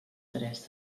tres